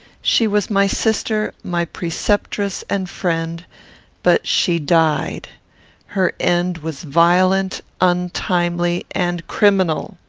she was my sister, my preceptress and friend but she died her end was violent, untimely, and criminal!